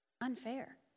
Unfair